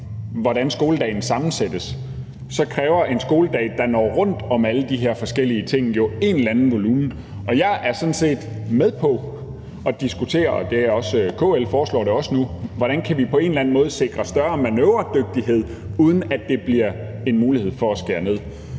hvordan skoledagen sammensættes, så kræver en skoledag, der når rundt om alle de her forskellige ting, jo en eller anden volumen. Jeg er sådan set med på at diskutere – og KL foreslår det også nu – hvordan vi på en eller anden måde kan sikre større manøvredygtighed, uden at det bliver en mulighed for at skære ned.